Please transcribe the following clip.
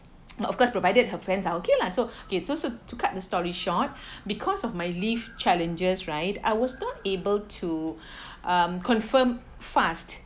but of course provided her friends are okay lah so okay to cut the story short because of my leave challenges right I was not able to um confirm fast